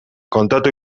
kontatu